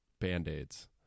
Band-Aids